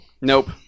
Nope